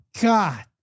God